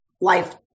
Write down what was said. life